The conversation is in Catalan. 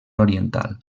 oriental